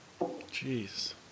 Jeez